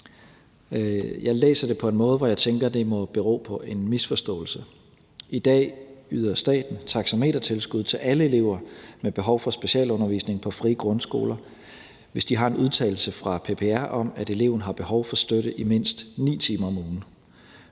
Jeg læser det på en måde, hvor jeg tænker, det må bero på en misforståelse. I dag yder staten taxametertilskud til alle elever med behov for specialundervisning på frie grundskoler, hvis de har en udtalelse fra PPR om, at eleven har behov for støtte i mindst 9 timer om ugen.